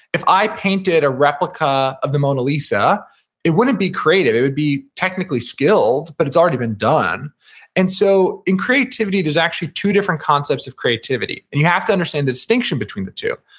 if i painted a replica of the mona lisa it wouldn't be creative, it would be technically skilled, but it's already been done and so in creativity there's actually two different concepts of creativity, and you have to understand the distinction between the two.